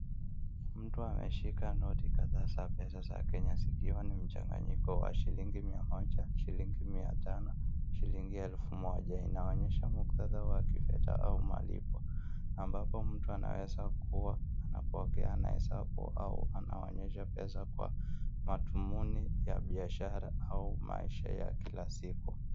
Mtu ameshika noti kadhaa za pesa za Kenya zikiwa ni mchanganyiko wa shillingi mia moja, shillingi mia tano, shillingi elfu moja inaonyesha muktada wa kifedha au malipo ambapo mtu anaweza kuwa anapokea au anaonyesha pesa kwa madhumuni ya biashara au maisha ya kila siku.